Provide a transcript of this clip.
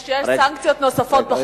יש סנקציות נוספות.